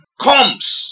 comes